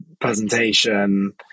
presentation